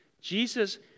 Jesus